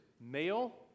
male